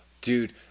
Dude